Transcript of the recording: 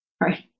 Right